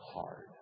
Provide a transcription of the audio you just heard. hard